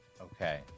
Okay